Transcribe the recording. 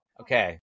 Okay